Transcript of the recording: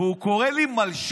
והוא קורא לי מלשן.